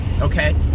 okay